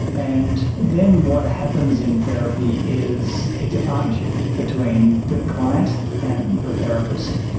and then what happens in therapy is it's a partnership between the client and the therapist,